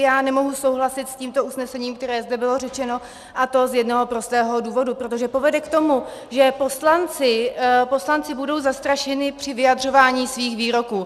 Já nemohu souhlasit s usnesením, které zde bylo řečeno, a to z jednoho prostého důvodu, protože povede k tomu, že poslanci budou zastrašeni při vyjadřování svých výroků.